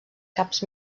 caps